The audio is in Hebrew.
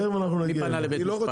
אנחנו תכף נגיע אליך.